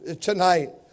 tonight